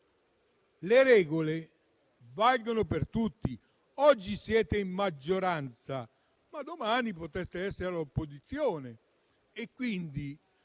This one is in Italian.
le regole valgono per tutti: oggi siete in maggioranza, ma domani potreste essere all'opposizione,